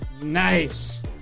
Nice